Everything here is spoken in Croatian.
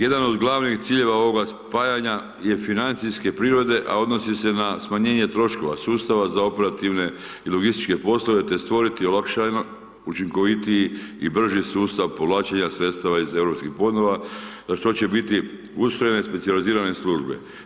Jedan od glavnih ciljeva ovoga spajanje je financijske prirode, a odnosi se na smanjenje troškova sustava za operativne i logističke poslove, te stvoriti olakšano učinkovitiji i brži sustav povlačenja sredstava iz Europskih fondova, što će biti ustrojene specijalizirane službe.